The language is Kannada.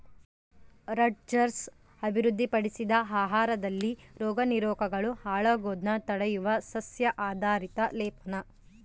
ರಟ್ಜರ್ಸ್ ಅಭಿವೃದ್ಧಿಪಡಿಸಿದ ಆಹಾರದಲ್ಲಿ ರೋಗಕಾರಕಗಳು ಹಾಳಾಗೋದ್ನ ತಡೆಯುವ ಸಸ್ಯ ಆಧಾರಿತ ಲೇಪನ